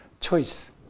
choice